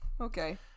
okay